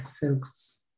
folks